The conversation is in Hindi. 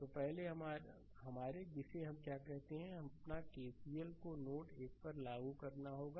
तो पहले हमारे जिसे हम क्या कहते है अपना केसीएल को नोड 1 पर लागू करना होगा